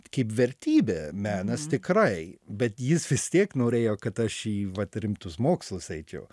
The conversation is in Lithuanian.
kaip vertybė menas tikrai bet jis vis tiek norėjo kad aš į vat rimtus mokslus eičiau